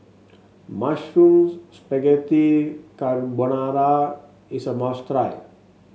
Mushroom Spaghetti Carbonara is a must try